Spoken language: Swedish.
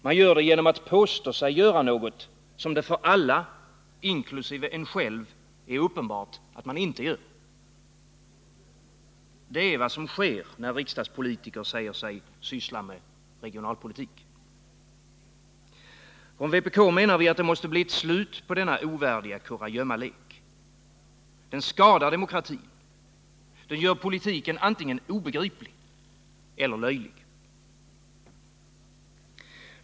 Man gör det genom att påstå sig göra något, som det för alla inkl. en själv är uppenbart att man inte gör. Det är vad som sker när riksdagspolitiker säger sig syssla med regionalpolitik. Från vpk menar vi att det måste bli ett slut på denna ovärdiga kurragömmalek. Den skadar demokratin. Den gör politiken antingen obegriplig eller löjlig.